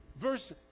Verse